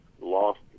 lost